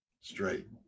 straight